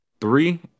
Three